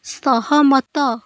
ସହମତ